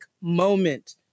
moment